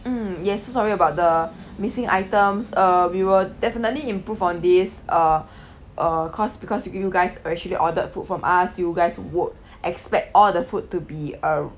mm yes so sorry about the missing items uh we will definitely improve on this uh uh cause because you guys uh actually order food from us you guys would expect all the food to be uh